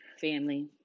Family